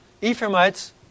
Ephraimites